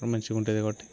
మంచిగా ఉంటాయి కాబట్టి